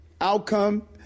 outcome